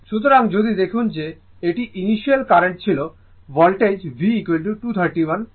সুতরাং যদি দেখুন যে এটি ইনিশিয়ালি কারেন্ট ছিল ভোল্টেজ V231 অ্যাঙ্গেল 0o